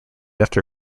after